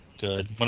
Good